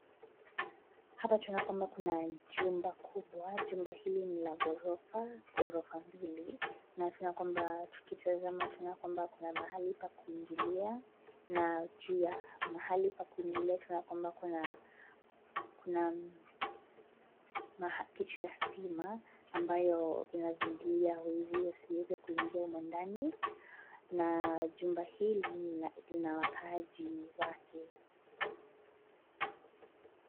Hapa tunaona kwamba kuna jumba kubwa. Jumba hili ni la ghorofa, ghorofa mbili na tukitazama tunaona kwamba kuna mahali pa kuingilia na juu mahali pa kuingilia tunaona kwamba kuna kitu ya stima ambayo inazuilia wezi wasiweze kuingia humo ndani na jumba hili lina wakaaji wake.